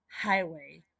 Highway